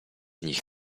nich